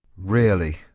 really?